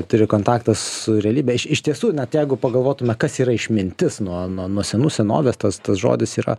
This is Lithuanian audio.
turi kontaktą su realybe iš iš tiesų net jeigu pagalvotume kas yra išmintis nuo nuo senų senovės tas tas žodis yra